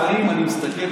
לפעמים אני מסתכל,